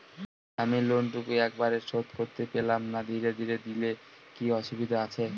আমি লোনটুকু একবারে শোধ করতে পেলাম না ধীরে ধীরে দিলে কি অসুবিধে আছে?